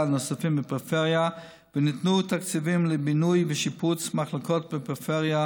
נוספים בפריפריה וניתנו תקציבים לבינוי ושיפוץ של מחלקות בפריפריה,